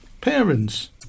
Parents